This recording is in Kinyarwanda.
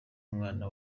umwana